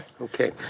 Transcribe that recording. Okay